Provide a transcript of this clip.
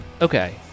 okay